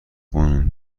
خانم